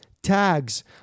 tags